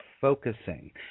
focusing